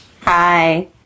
Hi